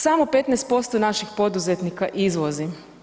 Samo 15% naših poduzetnika izvozi.